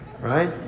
right